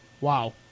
wow